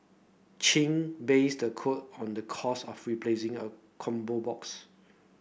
Chin based the quote on the cost of replacing a combo box